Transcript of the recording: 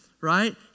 right